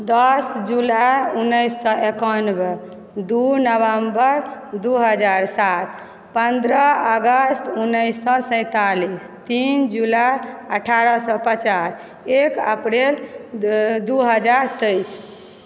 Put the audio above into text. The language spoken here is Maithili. दस जुलाइ उन्नैस सए एकानबे दू नवम्बर दू हजार सात पन्द्रह अगस्त उन्नैस सए सैतालिस तीन जुलाइ अठारह सए पचास एक अप्रिल दू हजार तेइस